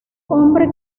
hombre